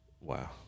Wow